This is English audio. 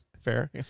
Fair